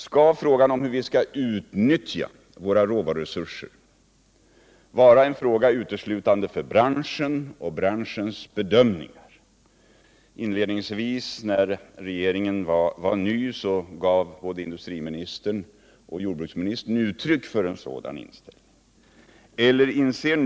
Skall problemet hur vi skall utnyttja våra råvaruresurser vara en fråga uteslutande för branschen och för branschbedömningar? Inledningsvis, när regeringen var ny, gav både industriministern och jordbruksministern uttryck för en sådan — Nr 107 inställning.